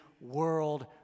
world